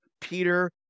Peter